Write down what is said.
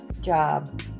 Job